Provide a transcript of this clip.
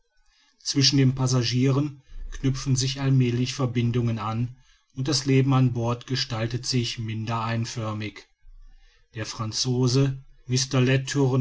zwischen den passagieren knüpfen sich allmälig verbindungen an und das leben an bord gestaltet sich minder einförmig der franzose